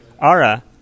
Ara